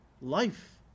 life